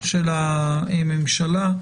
של הממשלה.